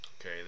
okay